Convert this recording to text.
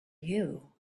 you